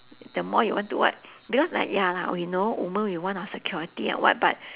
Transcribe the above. the more you want to what because like ya lah we know women we want our security and what but